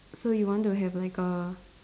so you want to have like a